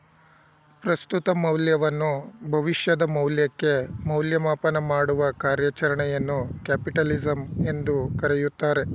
ಪ್ರಸ್ತುತ ಮೌಲ್ಯವನ್ನು ಭವಿಷ್ಯದ ಮೌಲ್ಯಕ್ಕೆ ಮೌಲ್ಯಮಾಪನ ಮಾಡುವ ಕಾರ್ಯಚರಣೆಯನ್ನು ಕ್ಯಾಪಿಟಲಿಸಂ ಎಂದು ಕರೆಯುತ್ತಾರೆ